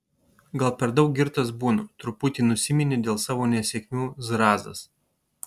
gal per daug girtas būnu truputi nusiminė dėl savo nesėkmių zrazas